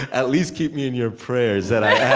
at least keep me in your prayers that i